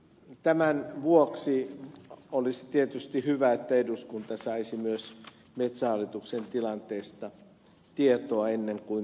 tämän vuoksi olisi tietysti hyvä että eduskunta saisi myös metsähallituksen tilanteesta tietoa ennen kuin päätöksiä tehdään